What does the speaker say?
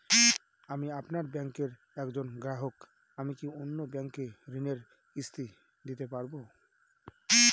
আমি আপনার ব্যাঙ্কের একজন গ্রাহক আমি কি অন্য ব্যাঙ্কে ঋণের কিস্তি দিতে পারবো?